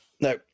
No